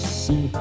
see